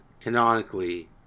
canonically